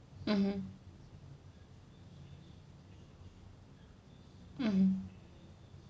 mmhmm mm